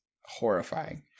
horrifying